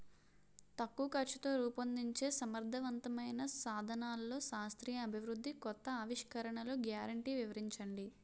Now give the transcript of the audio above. తక్కువ ఖర్చుతో రూపొందించే సమర్థవంతమైన సాధనాల్లో శాస్త్రీయ అభివృద్ధి కొత్త ఆవిష్కరణలు గ్యారంటీ వివరించండి?